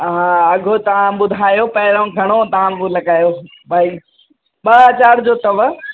हा अघु तव्हां ॿुधायो पहिरियों घणो तव्हां अघु लॻायो भई ॿ हज़ार जो अथव